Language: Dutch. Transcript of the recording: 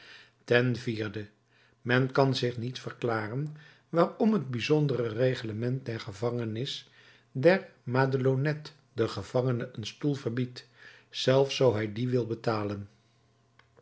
ten vierde men kan zich niet verklaren waarom het bijzondere reglement der gevangenis der madelonnettes den gevangene een stoel verbiedt zelfs zoo hij dien wil betalen